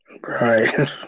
Right